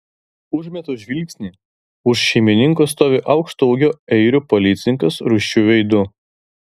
užmetu žvilgsnį už šeimininko stovi aukšto ūgio airių policininkas rūsčiu veidu